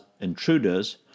intruders